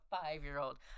five-year-old